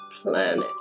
planet